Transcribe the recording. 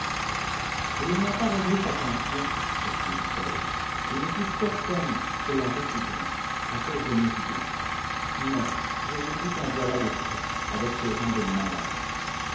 et ils n'ont pas réglé sa pension poursuivit-elle et je suis certaine qu'ils la refuseront à cause de nos idées non je vous dis qu'en voilà de trop avec ces gens de malheur